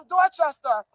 Dorchester